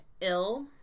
ill